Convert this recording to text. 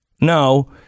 no